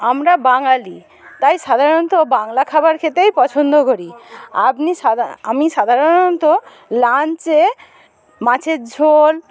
আমরা বাঙালি তাই সাধারণত বাংলা খাবার খেতেই পছন্দ করি আপনি সাধা আমি সাধারণত লাঞ্চে মাছের ঝোল